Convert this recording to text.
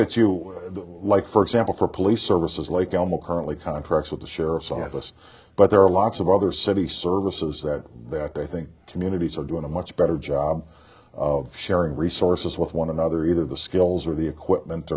that you like for example for police services like elmo currently contract with the sheriff's office but there are lots of other city services that i think communities are doing a much better job sharing resources with one another either the skills or the equipment